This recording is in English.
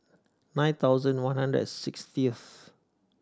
nine thousand one hundred Sixtieth